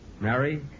Mary